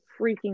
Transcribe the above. freaking